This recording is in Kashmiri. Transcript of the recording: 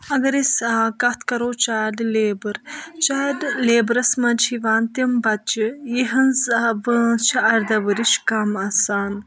اَگر ٲسۍ آ کَتھ کَرو چایِٔلڈ لیبَر چایِٔلڈ لیبَرس منٛز چھِ یِوان تِم بَچہِ یِہٕنٛز وٲنٛس چھِ اَرداہ ؤرِش کَم آسان